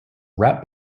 rat